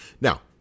Now